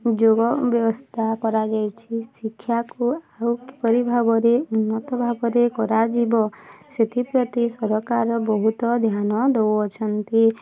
ଯୁବ ବ୍ୟବସ୍ଥା କରାଯାଇଛି ଶିକ୍ଷାକୁ ଆଉ କିପରି ଭାବରେ ଉନ୍ନତ ଭାବରେ କରାଯିବ ସେଥିପ୍ରତି ସରକାର ବହୁତ ଧ୍ୟାନ ଦଉଅଛନ୍ତି